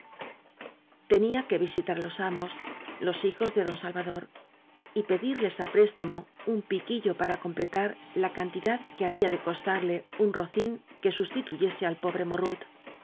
tenía que visitar á los amos los hijos de don salvador y pedirles á préstamo un piquillo para completar la cantidad que había de costarle un rocín que sustituyese al pobre morrut y